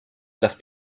las